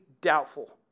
doubtful